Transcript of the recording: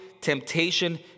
Temptation